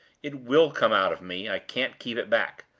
it will come out of me i can't keep it back.